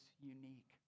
unique